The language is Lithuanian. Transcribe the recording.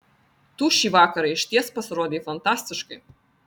tu šį vakarą išties pasirodei fantastiškai